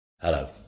Hello